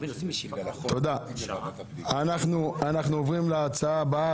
אנחנו עוברים להצעה הבאה,